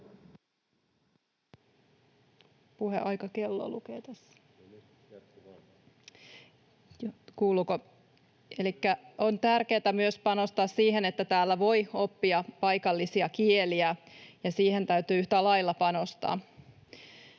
tärkeätä panostaa siihen, että täällä voi oppia paikallisia kieliä, ja siihen täytyy yhtä lailla panostaa.